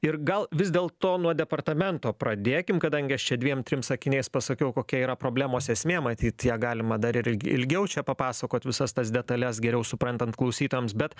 ir gal vis dėlto nuo departamento pradėkim kadangi aš čia dviem trim sakiniais pasakiau kokia yra problemos esmė matyt ją galima dar ir il ilgiau čia papasakot visas tas detales geriau suprantant klausytojams bet